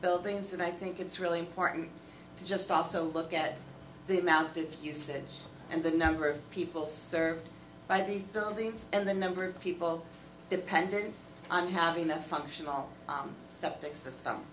buildings and i think it's really important just to also look at the amount of usage and the number of people served by these buildings and the number of people dependent on having a functional septic system